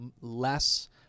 less